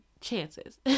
chances